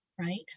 right